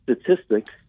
statistics